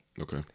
okay